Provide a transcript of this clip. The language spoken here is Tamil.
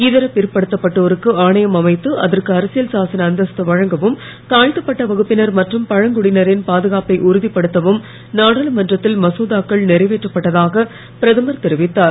இதர பிற்படுத்தப்பட்டோருக்கு ஆணையம் அமைத்து அதற்கு அரசியல் சாசன அந்தஸ்து வழங்கவும் தாழ்த்தப்பட்ட வகுப்பினர் மற்றும் பழங்குடியினரின் பாதுகாப்பை உறுதிப்படுத்தவும் நாடாளுமன்றத்தில் மசோதாக்கள் நிறைவேற்றப்பட்டதாக பிரதமர் தெரிவித்தார்